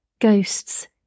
ghosts